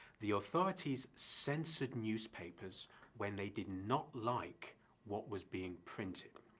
the authorities censored newspapers when they did not like what was being printed.